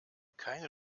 keine